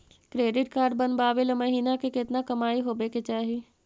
Credit card बनबाबे ल महीना के केतना कमाइ होबे के चाही?